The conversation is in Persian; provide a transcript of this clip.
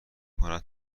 کند